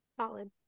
Solid